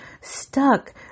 stuck